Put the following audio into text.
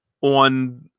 on